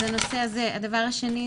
הדבר השני,